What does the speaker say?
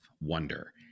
wonder